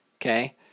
Okay